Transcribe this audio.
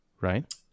right